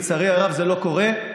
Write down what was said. לצערי הרב זה לא קורה,